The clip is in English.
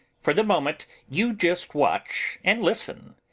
for the moment you just watch and listen.